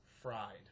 fried